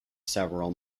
several